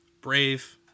Brave